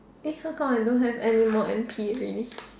this year on like don't have anymore N_P already